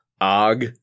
Og